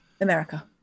america